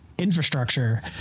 infrastructure